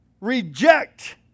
Reject